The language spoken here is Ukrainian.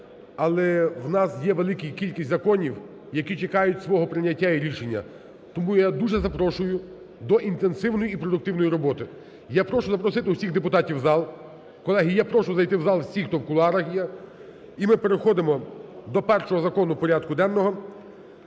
але у нас є велика кількість законів, які чекають свого прийняття і рішення. Тому я дуже запрошую до інтенсивної і продуктивної роботи. Я прошу запросити усіх депутатів в зал. Колеги, я прошу зайти в зал всіх, хто у кулуарах є. І ми переходимо до першого закону порядку денного,